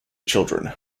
children